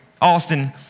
Austin